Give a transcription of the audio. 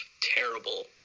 terrible